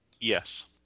Yes